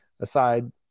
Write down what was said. aside